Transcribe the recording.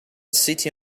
city